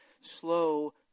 slow